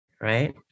right